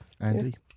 Andy